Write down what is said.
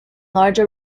large